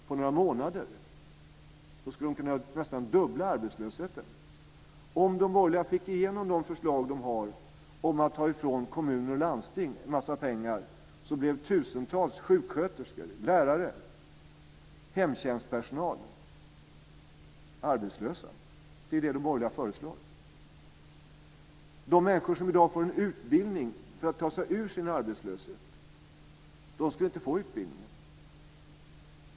På några månader skulle arbetslösheten nästan kunna fördubblas. Om de borgerliga fick igenom sina förslag om att ta ifrån kommuner och landsting en massa pengar skulle tusentals sjuksköterskor, lärare, hemtjänstpersonal bli arbetslösa. Det är det som de borgerliga föreslår. De människor som i dag får en utbildning för att kunna ta sig ur sin arbetslöshet skulle inte få någon utbildning.